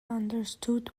understood